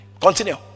Continue